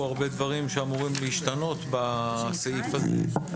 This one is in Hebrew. הרבה דברים שאמורים להשתנות בסעיף הזה,